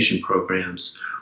programs